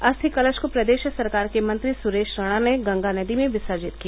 अस्थि कलश को प्रदेश सरकार के मंत्री सुरेश राणा ने गंगा नदी में विसर्जित किया